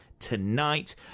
Tonight